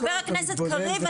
חבר הכנסת קריב.